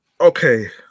okay